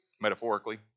Metaphorically